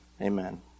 Amen